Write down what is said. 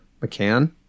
McCann